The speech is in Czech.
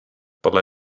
podle